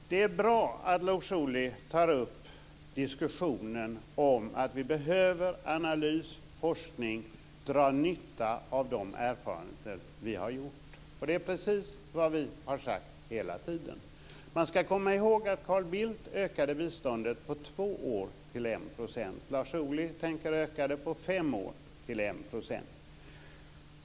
Fru talman! Det är bra att Lars Ohly tar upp diskussionen om att vi behöver analys och forskning och dra nytta av de erfarenheter som vi har gjort. Och det är precis vad vi har sagt hela tiden. Man ska komma ihåg att Carl Bildt på två år ökade biståndet till 1 %. Lars Ohly tänker på fem år öka det till 1 %.